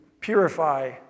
purify